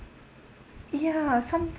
ya something's